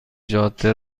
جاده